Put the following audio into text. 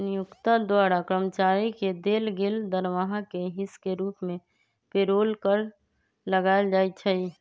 नियोक्ता द्वारा कर्मचारी के देल गेल दरमाहा के हिस के रूप में पेरोल कर लगायल जाइ छइ